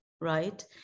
right